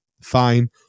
fine